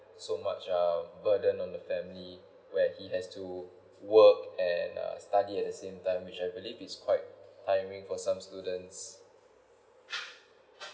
so much ah burden on the family where he has to work and uh study at the same time which I believe is quite tiring for some students